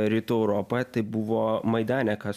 rytų europa tai buvo maidanekas